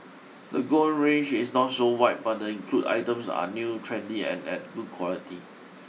the gown range is not so wide but the include items are new trendy and at good quality